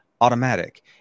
automatic